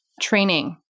training